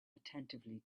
attentively